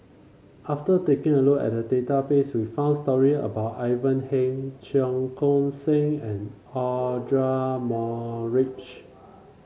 after taking a look database we found story about Ivan Heng Cheong Koon Seng and Audra Morrice